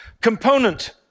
component